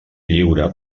lliure